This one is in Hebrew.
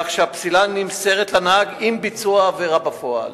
כך שהפסילה נמסרת לנהג עם ביצוע העבירה בפועל.